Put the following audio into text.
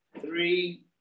three